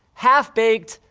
half-baked,